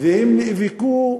והן נאבקו,